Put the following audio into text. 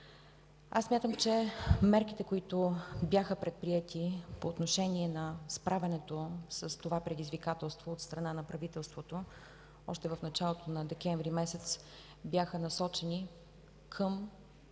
Смятам, че мерките, които бяха предприети по отношение на справянето с това предизвикателство от страна на правителството, още в началото на месец декември бяха насочени към